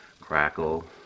Crackle